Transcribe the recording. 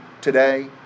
today